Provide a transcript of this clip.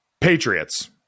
Patriots